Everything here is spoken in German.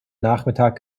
nachmittag